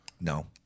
No